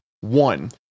One